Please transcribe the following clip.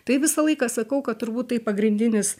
tai visą laiką sakau kad turbūt tai pagrindinis